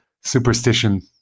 superstition